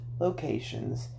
locations